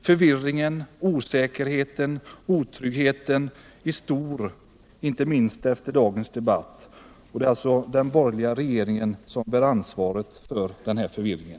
Det blir, inte minst efter dagens debatt, stor förvirring, osäkerhet och otrygghet. Det är den borgerliga regeringen som bär ansvaret för den här förvirringen.